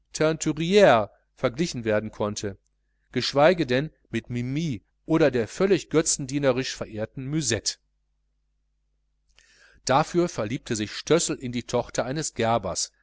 verglichen werden konnte geschweige denn mit mimi oder der völlig götzendienerisch verehrten müsette dafür verliebte sich stössel in die tochter eines gerbers